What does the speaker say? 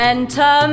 Enter